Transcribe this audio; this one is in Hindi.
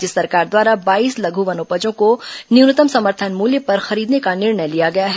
राज्य सरकार द्वारा बाईस लघु वनोपजों को न्यूनतम समर्थन मूल्य पर खरीदने का निर्णय लिया गया है